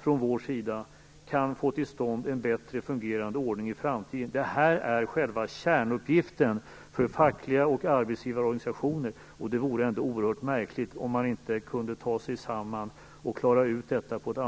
från vår sida, att få till stånd en bättre fungerande ordning i framtiden. Detta är själva kärnuppgiften för fackliga organisationer och arbetsgivarorganisationer. Det vore oerhört märkligt om man inte kunde ta sig samman och klara ut detta på ett